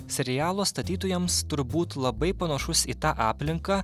serialo statytojams turbūt labai panašus į tą aplinką